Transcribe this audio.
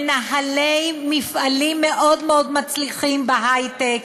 מנהלי מפעלים מאוד מאוד מצליחים בהיי-טק,